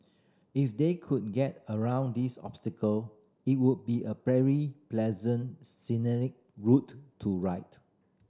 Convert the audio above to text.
if they could get around these obstacle it would be a very pleasant scenic route to ride